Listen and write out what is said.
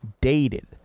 dated